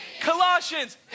Colossians